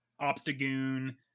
Obstagoon